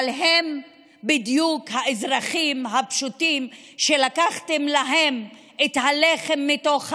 אבל הם בדיוק האזרחים הפשוטים שלקחתם להם את הלחם מתוך הבית,